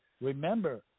Remember